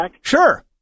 Sure